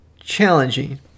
challenging